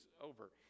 over